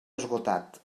esgotat